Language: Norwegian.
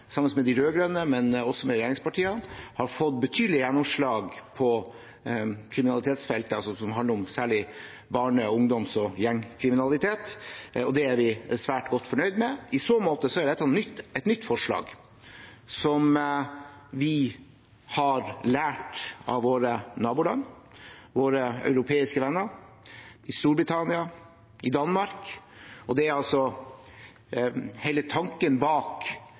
sammen med de rød-grønne og også med regjeringspartiene, har fått betydelige gjennomslag på kriminalitetsfeltet, særlig det som handler om barne-, ungdoms- og gjengkriminalitet. Det er vi svært godt fornøyd med. I så måte er dette et nytt forslag. Vi har lært av våre naboland, våre europeiske venner i Storbritannia og Danmark. Hele tanken bak